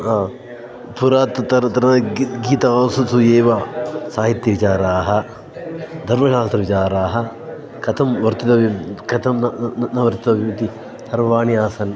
हा पुरा तत्र गी गीतासु सु एव साहित्य विचाराः धर्मशास्त्रविचाराः कथं वर्तितव्यं कथं न न वर्तव्यमिति सर्वाणि आसन्